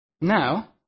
Now